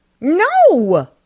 No